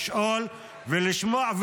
לשאול ולשמוע,